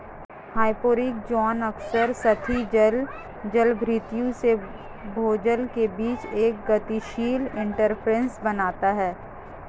hyporheic zone अक्सर सतही जल जलभृतों से भूजल के बीच एक गतिशील इंटरफ़ेस बनाता है